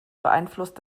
beeinflusst